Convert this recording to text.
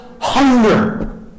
hunger